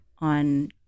on